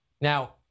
Now